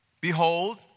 behold